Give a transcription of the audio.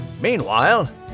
Meanwhile